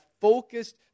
focused